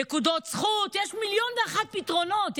נקודות זכות, יש מיליון ואחד פתרונות יצירתיים.